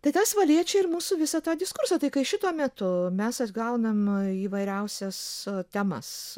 tai tas va liečia ir mūsų visą tą diskursą tai kai šituo metu mes vis gaunam įvairiausias temas